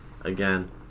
again